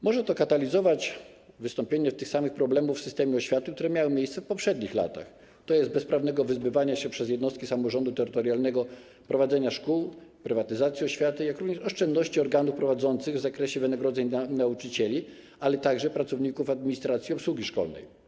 Może to katalizować wystąpienie tych samych problemów w systemie oświaty, które miały miejsce w poprzednich latach, tj. bezprawnego wyzbywania się przez jednostki samorządu terytorialnego prowadzenia szkół, prywatyzacji oświaty, jak również oszczędności organów prowadzących w zakresie wynagrodzeń dla nauczycieli, ale także pracowników administracji i obsługi szkolnej.